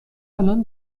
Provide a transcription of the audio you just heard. الان